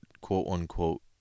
quote-unquote